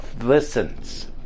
listens